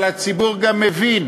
אבל הציבור גם מבין